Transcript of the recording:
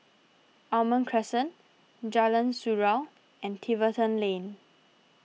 Almond Crescent Jalan Surau and Tiverton Lane